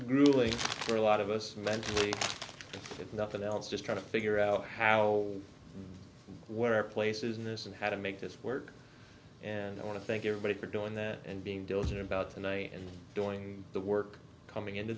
grueling for a lot of us mentally if nothing else just trying to figure out how where are places in this and how to make this work and i want to thank everybody for doing that and being diligent about tonight and doing the work coming into